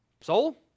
Soul